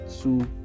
two